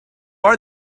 are